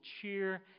cheer